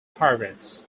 pirates